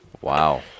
Wow